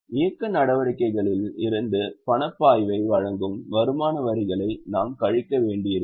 இயக்க நடவடிக்கைகளில் இருந்து பணப்பாய்வை வழங்கும் வருமான வரிகளை நாம் கழிக்க வேண்டியிருக்கும்